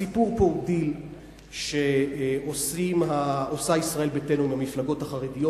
הסיפור פה הוא דיל שעושה ישראל ביתנו עם המפלגות החרדיות